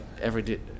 everyday